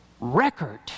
record